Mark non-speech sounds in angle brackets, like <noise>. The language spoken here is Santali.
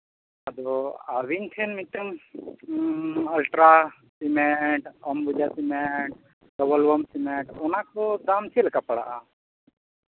ᱟᱫᱚ ᱟᱹᱵᱤᱱ ᱴᱷᱮᱱ ᱢᱤᱫᱴᱟᱱ ultra cement Ambuja cement <unintelligible> cement ᱚᱱᱟ ᱠᱚ ᱫᱟᱢ ᱪᱮᱫ ᱞᱮᱠᱟ ᱯᱟᱲᱟᱜᱼᱟ